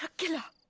killer.